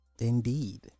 Indeed